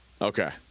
Okay